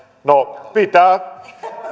no pitää